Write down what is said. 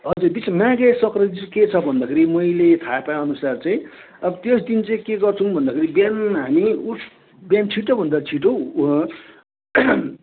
अझै विशेष माघे सङ्क्रान्ति चाहिँ के छ भन्दाखेरि मैले थाहा पाए अनुसार चैँ अब त्यो दिन चाहिँ के गर्छौँ भन्दाखेरि बिहान हामी उठ् बिहान छिटोभन्दा छिटो